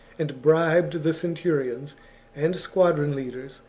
and bribed the centur ions and squadron-leaders,